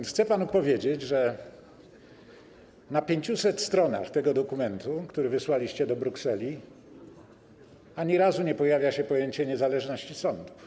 Chcę więc panu powiedzieć, że na 500 stronach tego dokumentu, który wysłaliście do Brukseli, ani razu nie pojawia się pojęcie niezależności sądów.